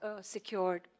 secured